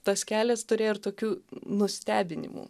tas kelias turėjo ir tokių nustebinimų